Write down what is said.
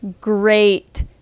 Great